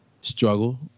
struggle